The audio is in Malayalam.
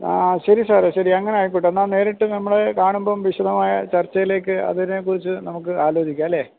ആ ശരി സാറെ ശരി അങ്ങനായിക്കോട്ടെ എന്നാൽ നേരിട്ട് നമ്മൾ കാണുമ്പം വിശദമായ ചർച്ചയിലേക്ക് അതിനെക്കുറിച്ച് നമുക്ക് ആലോചിക്കാമല്ലേ